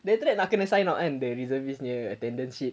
then after that nak kena sign out kan the reservist nya attendance sheet